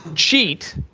cheat.